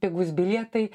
pigūs bilietai